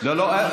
לא,